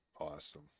Awesome